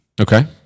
Okay